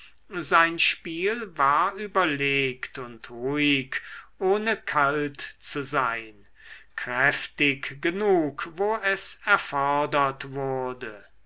sein spiel war überlegt und ruhig ohne kalt zu sein und kräftig genug wo es erfordert wurde